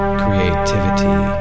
creativity